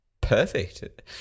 perfect